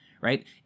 right